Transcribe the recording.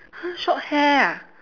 !huh! short hair ah